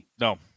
No